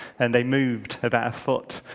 and they moved about a foot.